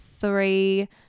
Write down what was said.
three